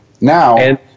Now